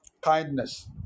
kindness